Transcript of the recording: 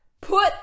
Put